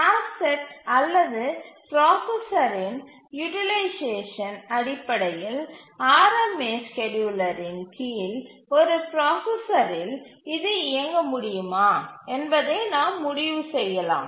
task set அல்லது பிராசஸரின் utilisation அடிப்படையில் ஆர்எம்ஏ ஸ்கேட்யூலரின் கீழ் ஒரு பிராசஸரில் இது இயங்க முடியுமா என்பதை நாம் முடிவு செய்யலாம்